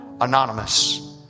anonymous